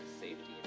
safety